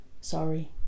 Sorry